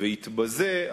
ויתבזה,